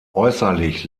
äußerlich